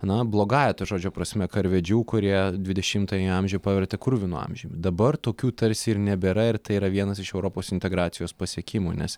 na blogąja to žodžio prasme karvedžių kurie dvidešimtąjį amžių pavertė kruvinu amžiumi dabar tokių tarsi ir nebėra ir tai yra vienas iš europos integracijos pasiekimų nes